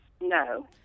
No